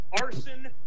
arson